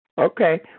Okay